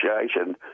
Association